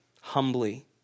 humbly